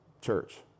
church